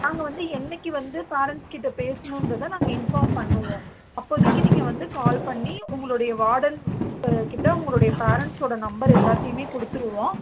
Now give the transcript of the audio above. நாங்கள் வந்து என்னக்கு வந்து பேரன்ட்ஸ்கிட்ட பேசனும்ன்றதை நாங்கள் இன்பார்ம் பண்ணுவோம் அப்போதிக்கு நீங்கள் வந்து கால் பண்ணி உங்களுடைய வார்டன்கிட்ட உங்களுடைய பேரன்ட்ஸோட நம்பர் எல்லாத்தையுமே கொடுத்துருவோம்